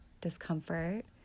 discomfort